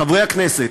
חברי הכנסת,